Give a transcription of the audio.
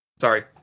Sorry